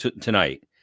tonight